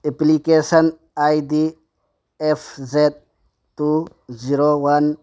application I D F Z two zero one